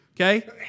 Okay